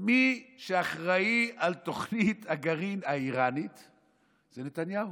מי שאחראי לתוכנית הגרעין האיראנית זה נתניהו.